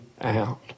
out